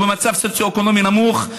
הוא במצב סוציו-אקונומי נמוך,